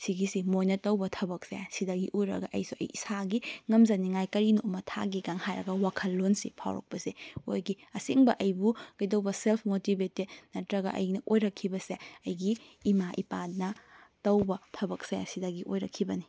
ꯁꯤꯒꯤꯁꯦ ꯃꯣꯏꯅ ꯇꯧꯕ ꯊꯕꯛꯁꯦ ꯁꯤꯗꯒꯤ ꯎꯔꯒ ꯑꯩꯁꯨ ꯑꯩ ꯏꯁꯥꯒꯤ ꯉꯝꯖꯅꯤꯡꯉꯥꯏ ꯀꯔꯤꯅꯣ ꯑꯃ ꯊꯥꯒꯦꯒ ꯍꯥꯏꯔꯒ ꯋꯥꯈꯜꯂꯣꯟꯁꯤ ꯐꯥꯎꯔꯛꯄꯁꯦ ꯃꯣꯏꯒꯤ ꯑꯁꯦꯡꯕ ꯑꯩꯕꯨ ꯀꯩꯗꯧꯕ ꯁꯦꯜꯐ ꯃꯣꯇꯤꯚꯦꯇꯦꯠ ꯅꯠꯇ꯭ꯔꯒ ꯑꯩꯅ ꯑꯣꯏꯔꯛꯈꯤꯕꯁꯦ ꯑꯩꯒꯤ ꯏꯃꯥ ꯏꯄꯥꯅ ꯇꯧꯕ ꯊꯕꯛꯁꯦ ꯁꯤꯗꯒꯤ ꯑꯣꯏꯔꯛꯈꯤꯕꯅꯤ